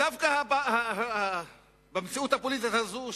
דווקא במציאות הפוליטית הזאת,